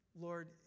Lord